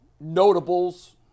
Notables